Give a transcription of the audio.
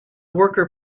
worker